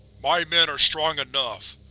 my men are strong enough.